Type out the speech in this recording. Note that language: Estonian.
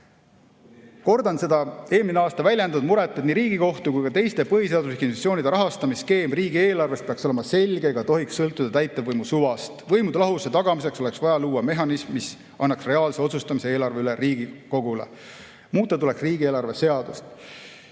Kordan eelmine aasta väljendatud muret, et nii Riigikohtu kui ka teiste põhiseaduslike institutsioonide riigieelarvest rahastamise skeem peaks olema selge ega tohiks sõltuda täitevvõimu suvast. Võimude lahususe tagamiseks oleks vaja luua mehhanism, mis annaks reaalse otsustamise eelarve üle Riigikogule. Muuta tuleks riigieelarve seadust.